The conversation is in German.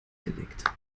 gelegt